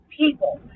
people